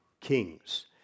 kings